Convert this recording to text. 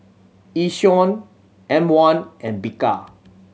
Yishion M One and Bika